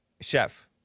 chef